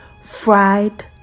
fried